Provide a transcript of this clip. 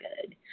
good